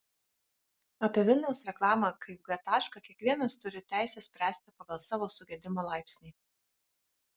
apie vilniaus reklamą kaip g tašką kiekvienas turi teisę spręsti pagal savo sugedimo laipsnį